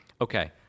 okay